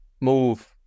move